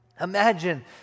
Imagine